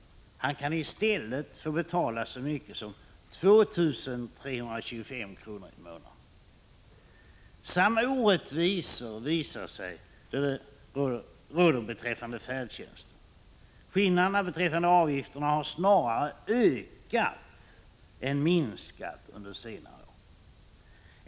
Han kan i stället få betala så mycket som 2 325 kr. i månaden. Samma orättvisor finns i fråga om färdtjänsten. Avgiftsskillnaderna har snarare ökat än minskat under senare år.